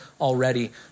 already